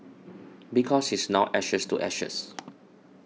because she is now ashes to ashes